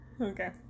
Okay